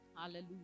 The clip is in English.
Hallelujah